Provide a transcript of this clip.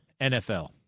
NFL